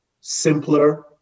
simpler